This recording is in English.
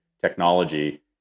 technology